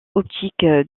optique